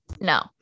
no